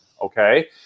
okay